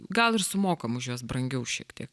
gal ir sumokam už juos brangiau šiek tiek